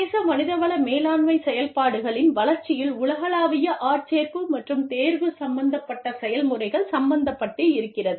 சர்வதேச மனிதவள மேலாண்மை செயல்பாடுகளின் வளர்ச்சியில் உலகளாவிய ஆட்சேர்ப்பு மற்றும் தேர்வு சம்பந்தப்பட்ட செயல்முறைகள் சம்பந்தப்பட்டிருக்கிறது